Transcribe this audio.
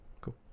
Cool